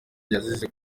yazize